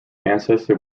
ancestor